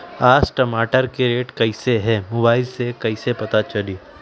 आज टमाटर के रेट कईसे हैं मोबाईल से कईसे पता चली?